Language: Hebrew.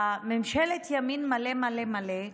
לממשלת ימין מלא מלא מלא,